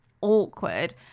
awkward